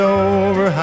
over